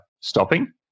stopping